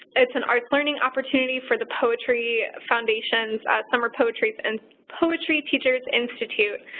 it's an arts learning opportunity for the poetry foundation's summer poetry but and poetry teachers' institute.